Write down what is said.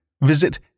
visit